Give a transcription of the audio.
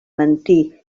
mentir